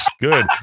good